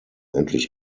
endlich